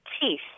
teeth